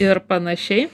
ir panašiai